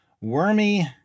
Wormy